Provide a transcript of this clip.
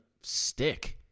stick